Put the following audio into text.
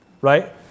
Right